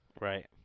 Right